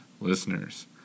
listeners